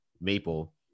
Maple